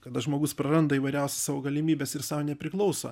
kada žmogus praranda įvairiausias savo galimybes ir sau nepriklauso